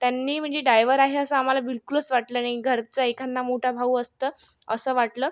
त्यांनी म्हणजे डायव्हर आहे असं आम्हाला बिल्कुलच वाटलं नाही घरचा एखादा मोठा भाऊ असतं असं वाटलं